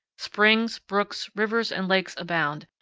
springs, brooks, rivers, and lakes abound,